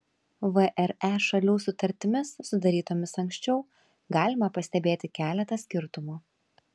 vre šalių sutartimis sudarytomis anksčiau galima pastebėti keletą skirtumų